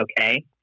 okay